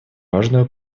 важную